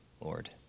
Lord